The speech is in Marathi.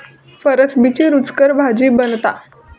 फरसबीची रूचकर भाजी बनता